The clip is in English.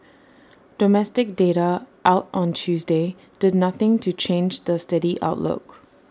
domestic data out on Tuesday did nothing to change the steady outlook